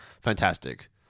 fantastic